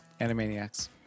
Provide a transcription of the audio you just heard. Animaniacs